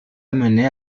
amené